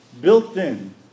built-in